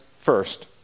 first